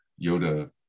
Yoda